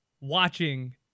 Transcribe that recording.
watching